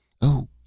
Oh